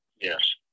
Yes